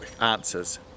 answers